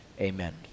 Amen